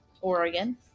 Oregon